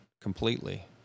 completely